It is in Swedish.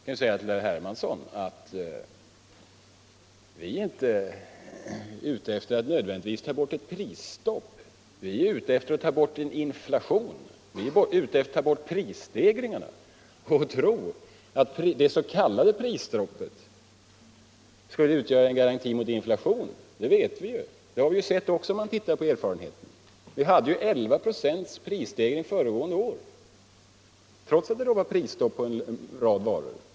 Jag kan säga till herr Hermansson att vi inte nödvändigtvis syftar till att ta bort något prisstopp. Vad vi önskar är att avskaffa inflationen och prisstegringarna. Erfarenheterna visar dock att det s.k. prisstoppet inte utgör någon garanti mot inflation. Vi hade 11 96 prisstegring föregående år trots att det då var prisstopp på en rad varor.